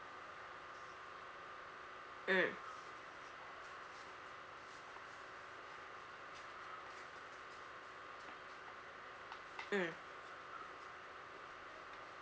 mm mm